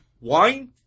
wine